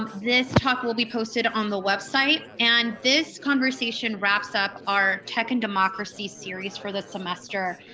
um this talk will be posted on the website. and this conversation wraps up our tech and democracy series for the semester.